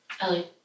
Ellie